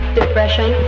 depression